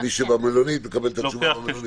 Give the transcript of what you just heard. ומי שבמלונית יקבל את התשובה במלונית.